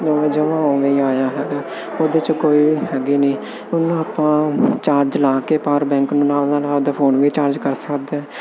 ਉਵੇਂ ਜਿਵੇਂ ਉਵੇਂ ਹੀ ਆਇਆ ਹੈਗਾ ਉਹਦੇ 'ਚ ਕੋਈ ਹੈਗੀ ਨਹੀਂ ਉਹਨੂੰ ਆਪਾਂ ਚਾਰਜ ਲਾ ਕੇ ਪਾਵਰ ਬੈਂਕ ਨੂੰ ਨਾਲ ਨਾਲ ਆਪਦਾ ਫੋਨ ਵੀ ਚਾਰਜ ਕਰ ਸਕਦੇ ਹਾਂ